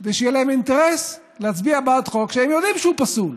כדי שיהיה להם אינטרס להצביע בעד חוק שהם יודעים שהוא פסול.